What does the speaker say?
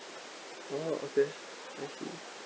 orh okay I see